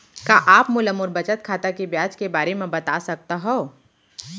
का आप मोला मोर बचत खाता के ब्याज के बारे म बता सकता हव?